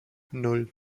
nan